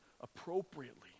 appropriately